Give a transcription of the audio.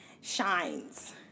shines